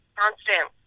constant